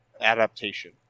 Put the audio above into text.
adaptation